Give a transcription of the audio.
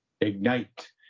ignite